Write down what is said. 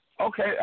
Okay